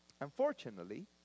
Unfortunately